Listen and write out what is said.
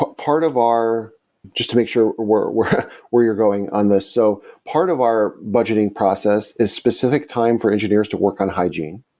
but part of our just to make sure where where where you're going on this. so part of our budgeting process is specific time for engineers to work on hygiene,